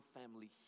family